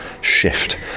shift